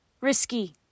Risky